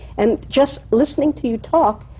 and just listening to you talk,